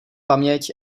paměť